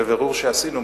בבירור שעשינו,